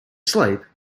sleep